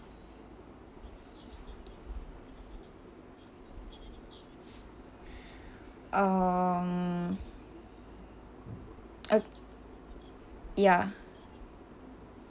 um uh ya